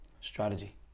Strategy